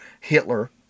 Hitler